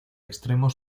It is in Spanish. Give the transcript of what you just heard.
extremo